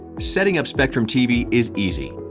setting up spectrum tv is easy.